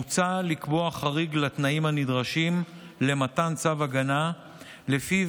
מוצע לקבוע חריג לתנאים הנדרשים למתן צו הגנה שלפיו